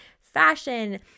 fashion